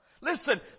Listen